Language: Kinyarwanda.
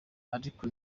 ariko